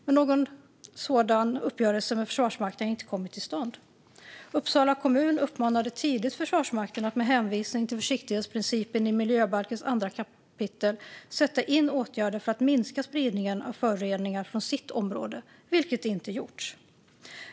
Men någon sådan uppgörelse med Försvarsmakten har inte kommit till stånd. Med hänvisning till försiktighetsprincipen i 2 kap. miljöbalken uppmanade Uppsala kommun tidigt Försvarsmakten att sätta in åtgärder för att minska spridningen av föroreningar från sitt område, vilket inte gjorts.